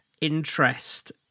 interest